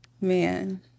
man